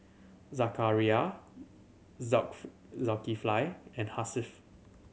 Zakaria Zulkifli and Hasif